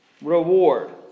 reward